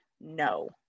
no